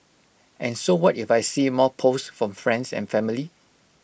and so what if I see more posts from friends and family